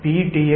dl